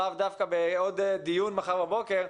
לאו דווקא בדיון מחר בבוקר,